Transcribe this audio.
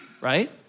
right